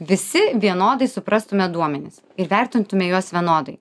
visi vienodai suprastume duomenis ir vertintume juos vienodai